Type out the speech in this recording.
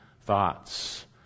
thoughts